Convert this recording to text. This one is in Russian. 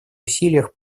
усилиях